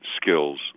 skills